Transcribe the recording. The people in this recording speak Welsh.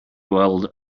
weld